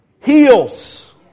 heals